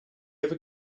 ever